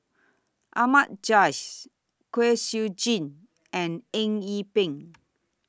Ahmad Jais Kwek Siew Jin and Eng Yee Peng